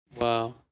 wow